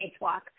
walk